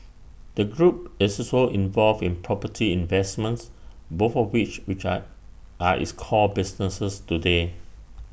the group is also involved in property investments both of which which are are its core businesses today